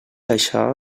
això